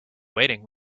waiting